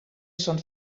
schon